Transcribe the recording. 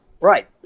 right